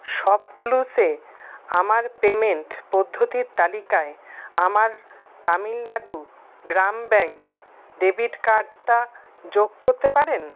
shop ক্লুসে আমার payment পদ্ধতির তালিকায় আমার তামিলনাডু গ্রাম ব্যাংক ডেবিট কার্ডটা যোগ করতে পারেন